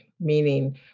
meaning